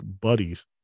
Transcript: buddies